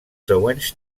següents